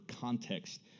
context